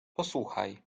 posłuchaj